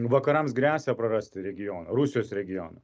vakarams gresia prarasti regioną rusijos regioną